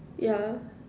yeah